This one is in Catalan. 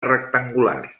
rectangular